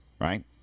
right